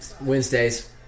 Wednesdays